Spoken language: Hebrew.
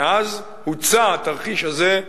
מאז הוצע התרחיש הזה,